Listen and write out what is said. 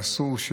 ואסור.